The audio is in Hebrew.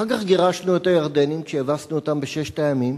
אחר כך גירשנו את הירדנים כשהבסנו אותם בששת הימים,